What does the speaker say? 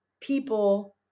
people